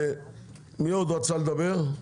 מי עוד רצה לדבר?